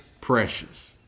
precious